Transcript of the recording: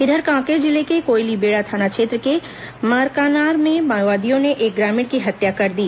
इधर कांकेर जिले के कोयलीबेड़ा थाना क्षेत्र के मारकनार में माओवादियों ने एक ग्रामीण की हत्या कर दी